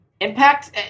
Impact